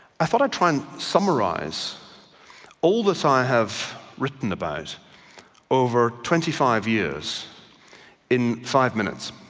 i thought i'd try and summarise all this i have written about over twenty five years in five minutes.